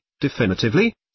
definitively